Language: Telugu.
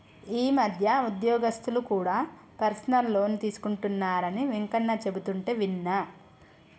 ఈ మధ్య ఉద్యోగస్తులు కూడా పర్సనల్ లోన్ తీసుకుంటున్నరని వెంకన్న చెబుతుంటే విన్నా